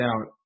out